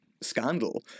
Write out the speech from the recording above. scandal